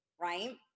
right